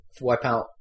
Wipeout